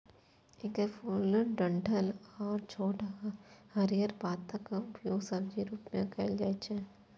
एकर फूल, डंठल आ छोट हरियर पातक उपयोग सब्जीक रूप मे कैल जाइ छै